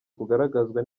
kugaragazwa